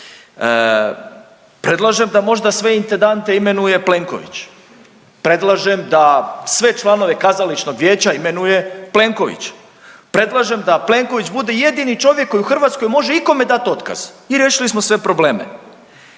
Predlažem da možda sve intendante možda imenuje Plenković. Predlažem da sve članove kazališnog vijeća imenuje Plenković. Predlažem da Plenković bude jedini čovjek koji u Hrvatskoj može ikome dati otkaz i riješili smo sve probleme.